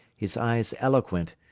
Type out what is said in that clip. his eyes eloquent,